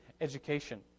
education